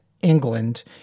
England